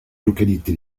localités